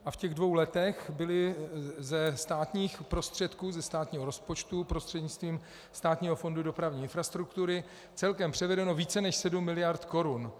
A ve dvou letech bylo ze státních prostředků, ze státního rozpočtu, prostřednictvím Státního fondu dopravní infrastruktury celkem převedeno více než 7 miliard korun.